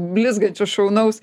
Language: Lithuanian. blizgančio šaunaus